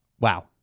Wow